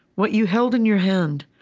what you held in your hand,